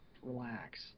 relax